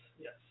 Yes